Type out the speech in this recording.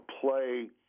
play